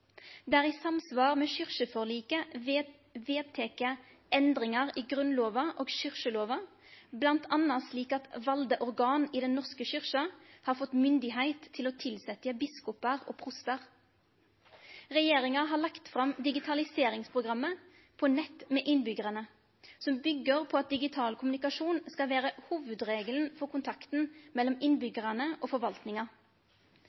i samsvar med kyrkjeforliket vedteke endringar i Grunnlova og kyrkjelova, bl.a. slik at valde organ i Den norske kyrkja har fått myndigheit til å tilsetje biskopar og prostar. Regjeringa har lagt fram digitaliseringsprogrammet På nett med innbyggerne, som byggjer på at digital kommunikasjon skal vere hovudregelen for kontakten mellom